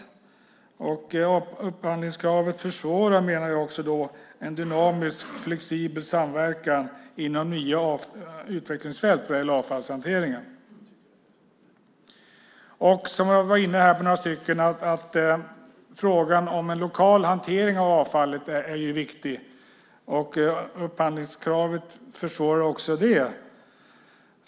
Jag menar att upphandlingskravet försvårar en dynamisk, flexibel samverkan inom nya utvecklingsfält vad gäller avfallshanteringen. Som vi var inne på några stycken är frågan om en lokal hantering av avfallet viktig. Upphandlingskravet försvårar också det.